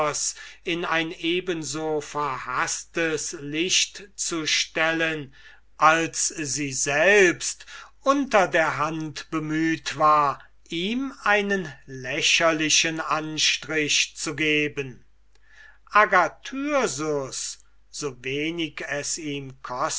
in ein eben so verhaßtes licht zu stellen als sie selbst unter der hand bemüht war ihm einen lächerlichen anstrich zu geben agathyrsus so wenig es ihm